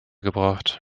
gebracht